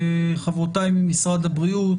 חברותיי ממשרד הבריאות.